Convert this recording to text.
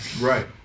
right